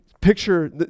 picture